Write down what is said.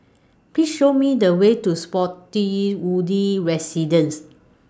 Please Show Me The Way to Spottiswoode Residences